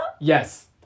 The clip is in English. Yes